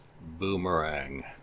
Boomerang